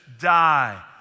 die